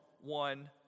one